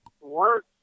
work